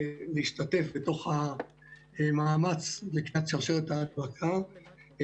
להשתתף בתוך המאמץ לקטיעת שרשרת ההדבקה.